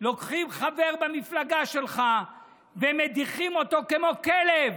לוקחים חבר במפלגה שלך ומדיחים אותו כמו כלב,